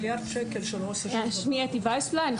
שמי אתי וייסבלאי.